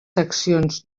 seccions